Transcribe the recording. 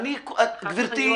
גברתי,